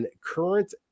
current